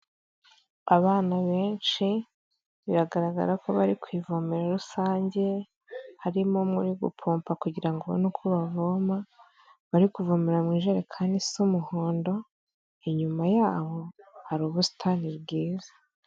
Abana benshi biragaragara ko bari ku ivomero rusange, harimo umwe uri gupompa kugira ngo ubone uko bavoma, bari kuvomera mu ijerekani isa umuhondo, inyuma yabo hari ubusitani bwiza.